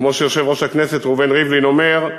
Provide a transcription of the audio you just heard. כמו שיושב-ראש הכנסת, ראובן ריבלין אומר,